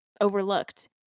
overlooked